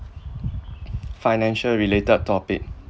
financial related topic